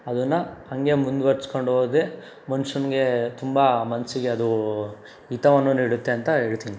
ಅದನ್ನ ಹಾಗೇ ಮುಂದ್ವರ್ಸ್ಕೊಂಡು ಹೋದ್ರೆ ಮನುಷ್ಯನ್ಗೆ ತುಂಬ ಮನಸ್ಸಿಗೆ ಅದು ಹಿತವನ್ನು ನೀಡುತ್ತೆ ಅಂತ ಹೇಳ್ತೀನಿ